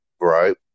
Right